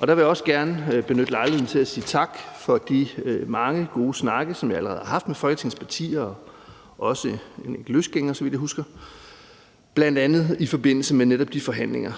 Der vil jeg også gerne benytte lejligheden til at sige tak for de mange gode snakke, som jeg allerede har haft med Folketingets partier og også en enkelt løsgænger, så vidt jeg husker, bl.a. i forbindelse med netop de forhandlinger.